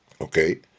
Okay